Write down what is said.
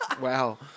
Wow